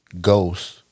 Ghost